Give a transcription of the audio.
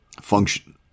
function